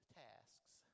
tasks